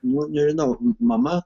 nu nežinau mama